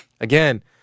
again